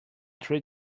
three